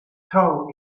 toe